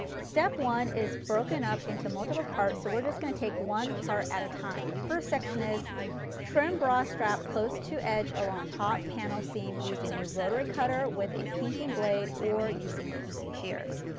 step one is broken up into multiple parts, so we are just going to take one part at a time and the first section is trim bra strap close to edge along top panel seam using a rotary cutter with a pinking blade or using pinking shears.